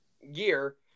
year